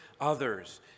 others